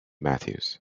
matthews